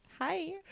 Hi